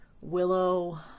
Willow